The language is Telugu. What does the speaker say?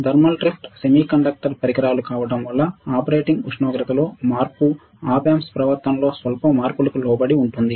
థర్మల్ డ్రిఫ్ట్ సెమీకండక్టర్ పరికరాలు కావడం వల్ల ఆపరేటింగ్ ఉష్ణోగ్రతలో మార్పు ఆప్ ఆంప్స్ ప్రవర్తన లో స్వల్ప మార్పులకు లోబడి ఉంటుంది